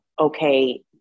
okay